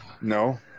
No